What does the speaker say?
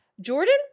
Jordan